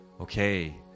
Okay